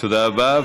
תודה רבה.